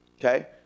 Okay